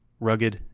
rugged,